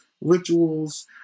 rituals